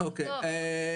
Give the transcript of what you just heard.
(הצגת מצגת) אוקי,